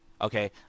Okay